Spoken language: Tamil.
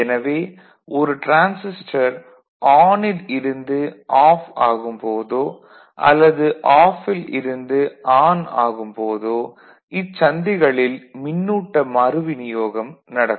எனவே ஒரு டிரான்சிஸ்டர் ஆன் ல் இருந்து ஆஃப் ஆகும் போதோ அல்லது ஆஃப் ல் இருந்து ஆன் ஆகும் போதோ இச் சந்திகளில் மின்னூட்ட மறுவிநியோகம் நடக்கும்